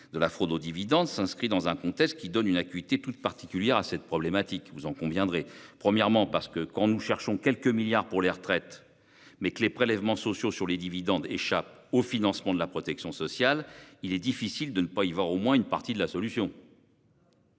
de la fraude aux dividendes s'inscrit dans un contexte qui donne- vous en conviendrez -une acuité toute particulière à cette problématique. Premièrement, quand nous cherchons quelques milliards d'euros pour les retraites, mais que les prélèvements sociaux sur les dividendes échappent au financement de la protection sociale, il est difficile de ne pas y voir au moins une partie de la solution.